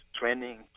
training